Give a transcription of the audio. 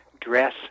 dress